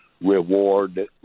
reward